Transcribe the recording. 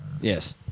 Yes